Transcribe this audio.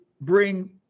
bring